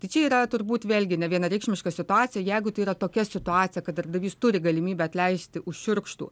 tai čia yra turbūt vėlgi nevienareikšmiška situacija jeigu tai yra tokia situacija kad darbdavys turi galimybę atleisti už šiurkštų